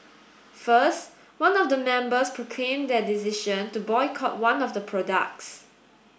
first one of the members proclaimed their decision to boycott one of the products